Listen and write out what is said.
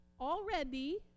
already